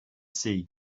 sea